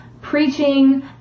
preaching